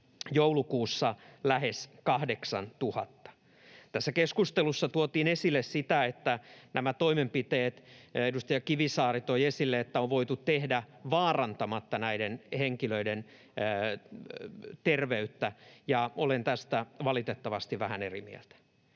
joulukuussa, lähes 8 000. Tässä keskustelussa tuotiin esille sitä, että nämä toimenpiteet — edustaja Kivisaari toi esille — on voitu tehdä vaarantamatta näiden henkilöiden terveyttä. Olen tästä valitettavasti vähän eri mieltä.